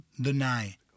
deny